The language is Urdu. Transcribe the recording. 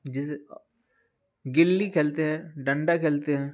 جسے گلّی کھیلتے ہیں ڈنڈا کھیلتے ہیں